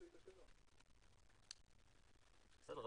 בסדר,